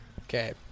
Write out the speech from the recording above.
Okay